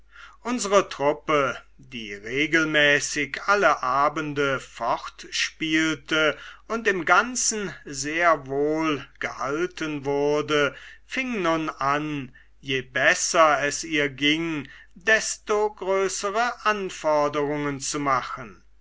unsere truppe die regelmäßig alle abende fortspielte und im ganzen sehr wohl gehalten wurde fing nun an je besser es ihr ging desto größere anforderungen zu machen